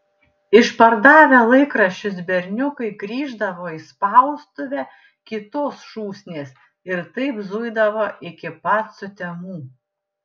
išpardavę laikraščius berniukai grįždavo į spaustuvę kitos šūsnies ir taip zuidavo iki pat sutemų